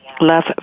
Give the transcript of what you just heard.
love